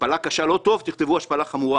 "השפלה קשה" לא טוב אז תכתבו "השפלה חמורה"